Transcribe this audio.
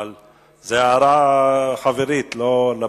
אבל זו הערה חברית, לא לפרוטוקול.